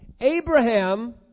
Abraham